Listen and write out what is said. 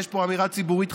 יש פה אמירה ציבורית חשובה.